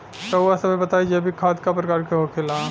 रउआ सभे बताई जैविक खाद क प्रकार के होखेला?